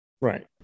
Right